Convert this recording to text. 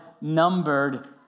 numbered